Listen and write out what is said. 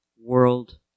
world